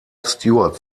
stuart